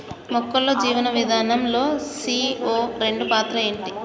మొక్కల్లో జీవనం విధానం లో సీ.ఓ రెండు పాత్ర ఏంటి?